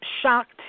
shocked